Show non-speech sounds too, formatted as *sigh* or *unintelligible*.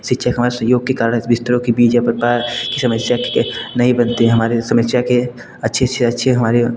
शिक्षक हमारे सहयोग के कारण बिस्तरों की बीजे *unintelligible* कि समस्या नहीं बनती हमारे समस्या के अच्छे से अच्छे हमारे